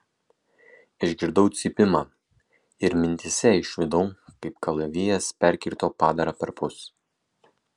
išgirdau cypimą ir mintyse išvydau kaip kalavijas perkirto padarą perpus